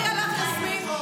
אני לא אפריע לך, יסמין.